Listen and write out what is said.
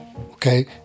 okay